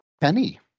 Penny